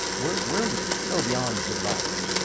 we're we're so beyond the device.